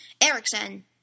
Erickson